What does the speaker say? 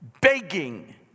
begging